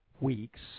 weeks